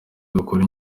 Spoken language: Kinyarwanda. dukura